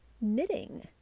knitting